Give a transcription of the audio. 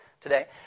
today